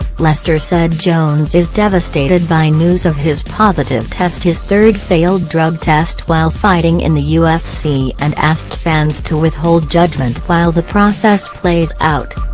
lester said jones is devastated by news of his positive test his third failed drug test while fighting in the ufc and asked fans to withhold judgement while the process plays out.